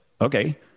Okay